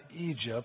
Egypt